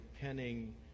penning